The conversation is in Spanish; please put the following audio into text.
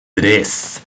tres